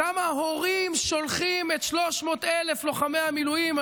כמה הורים שולחים את 300,000 לוחמי המילואים,